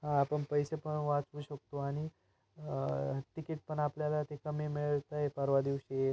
आपण पैसे पण वाचवू शकतो आणि तिकीट पण आपल्याला ते कमी मिळतं आहे परवा दिवशी